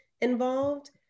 involved